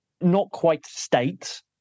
not-quite-state